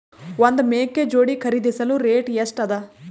ಒಂದ್ ಮೇಕೆ ಜೋಡಿ ಖರಿದಿಸಲು ರೇಟ್ ಎಷ್ಟ ಅದ?